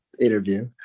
interview